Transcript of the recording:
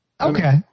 Okay